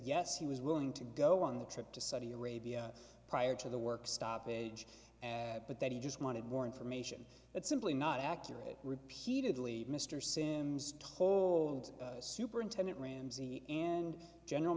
yes he was willing to go on the trip to saudi arabia prior to the work stoppage but that he just wanted more information that's simply not accurate repeatedly mr sands told superintendent ramsay and general